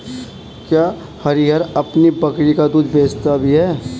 क्या हरिहर अपनी बकरी का दूध बेचता भी है?